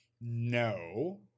no